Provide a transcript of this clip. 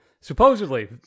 supposedly